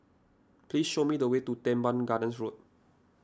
please show me the way to Teban Gardens Road